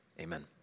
Amen